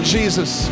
Jesus